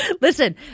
Listen